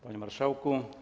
Panie Marszałku!